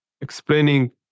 explaining